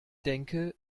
denke